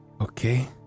okay